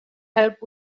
help